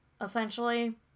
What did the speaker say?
essentially